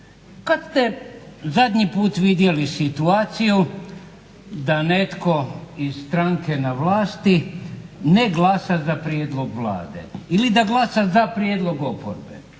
Kad ste zadnji put vidjeli situaciju da netko iz stranke na vlasti ne glasa za prijedlog Vlade? Ili da glasa za prijedlog oporbe?